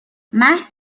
محض